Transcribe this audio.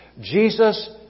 Jesus